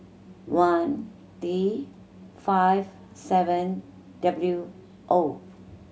one T five seven W O